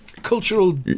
Cultural